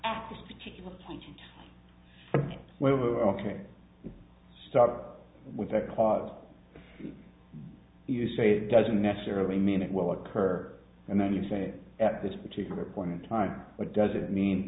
at this particular point in time well we're ok start with that because you say it doesn't necessarily mean it will occur and then you say at this particular point in time what does it mean